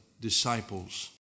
disciples